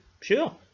sure